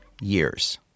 years